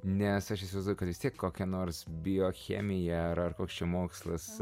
nes aš įsivaizduoju kad vis tiek kokia nors biochemija ar ar koks čia mokslas